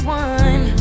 one